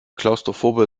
klaustrophobe